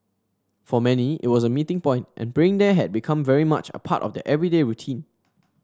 for many it was a meeting point and praying there had become very much a part of their everyday routine